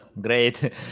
Great